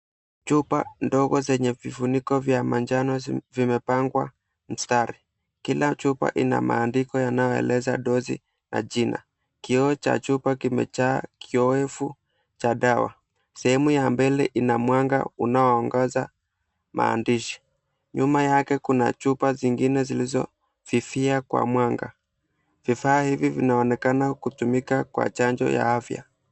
Chupa ndogo zenye vifuniko vya manjano vimepangwa mstari, kila chupa ina maandiko yanayoeleza dozi na jina. Kioo cha chupa kimejaa kiyowevu cha dawa, sehemu ya mbele ina mwanga unaoangaza maandishi nyuma yake kuna chupa zingine zilizofifia kwa mwanga. Vifaa hivi vinaoenekana kutumika kwa chanjo ya afya.